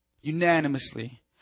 Unanimously